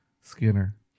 Skinner